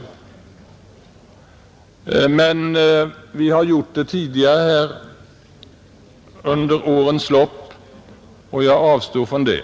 Eftersom vi har gjort detta tidigare under årens lopp skall jag dock avstå från det.